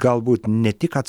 galbūt ne tik kad